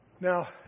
Now